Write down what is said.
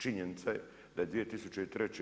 Činjenica je da je 2003.